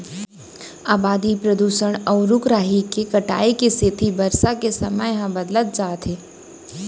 अबादी, परदूसन, अउ रूख राई के कटाई के सेती बरसा के समे ह बदलत जात हे